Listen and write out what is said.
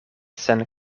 sen